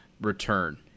return